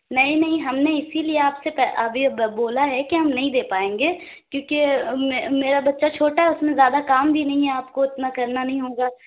نہیں نہیں ہم نے اِسی لیے آپ سے پہ ابھی بولا ہے کہ ہم نہیں دے پائیں گے کیوں کہ میں میرا بچہ چھوٹا اُس میں زیادہ کام بھی نہیں ہے آپ کو اتنا کرنا نہیں ہوگا